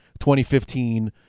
2015